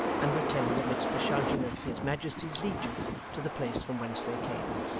and returned amidst the shouting of his majesty's lieges to the place from whence they came.